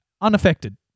unaffected